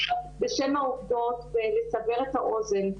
בשם העובדות ולסבר את האוזן.